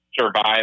survive